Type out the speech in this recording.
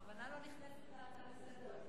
אני בכוונה לא נכנסת להצעה לסדר הזאת,